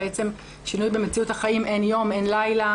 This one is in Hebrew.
בעצם שינוי במציאות החיים, אין יום, אין לילה.